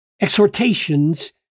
exhortations